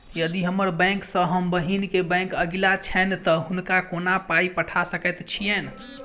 यदि हम्मर बैंक सँ हम बहिन केँ बैंक अगिला छैन तऽ हुनका कोना पाई पठा सकैत छीयैन?